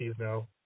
now